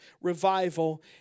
revival